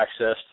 accessed